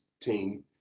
team